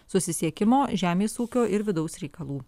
susisiekimo žemės ūkio ir vidaus reikalų